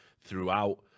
throughout